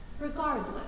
regardless